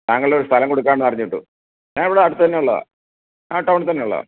താങ്കളുടെ ഒരു സ്ഥലം കൊടുക്കാനുണ്ടെന്ന് അറിഞ്ഞിട്ട് ഞാൻ ഇവിടെ അടുത്ത് തന്നെ ഉള്ളതാ ആ ടൗണിൽത്തന്നെ ഉള്ളതാ